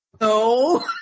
no